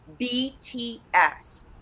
BTS